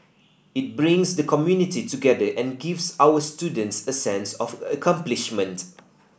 it brings the community together and gives our students a sense of accomplishment